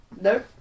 No